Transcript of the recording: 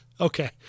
Okay